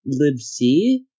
LibC